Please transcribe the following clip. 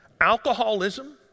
alcoholism